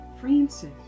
Francis